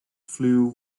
flew